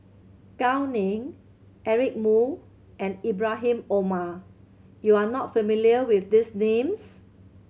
Gao Ning Eric Moo and Ibrahim Omar you are not familiar with these names